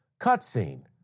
Cutscene